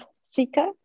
seeker